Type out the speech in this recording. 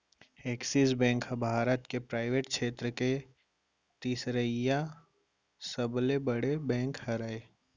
axis bank ह भारत के private छेत्र के तिसरइसा सबले बड़े बेंक हरय